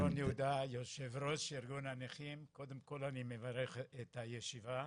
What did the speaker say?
קודם כל, אני מברך את הישיבה,